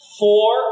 four